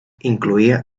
incloïa